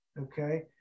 okay